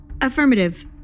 Affirmative